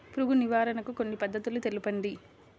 పురుగు నివారణకు కొన్ని పద్ధతులు తెలుపండి?